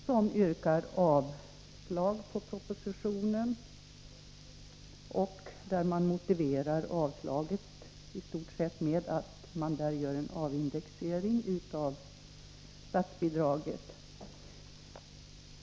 Där yrkas avslag på propositionen, med motiveringen att det i propositionen föreslås en avindexering av statsbidraget.